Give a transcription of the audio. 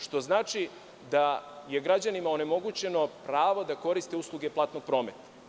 Što znači da je građanima omogućeno pravo da koriste usluge platnog prometa.